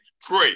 pray